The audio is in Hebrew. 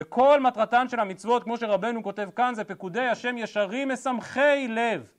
וכל מטרתן של המצוות, כמו שרבנו כותב כאן, זה פקודי ה' ישרים משמחי לב.